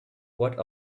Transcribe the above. what